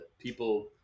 people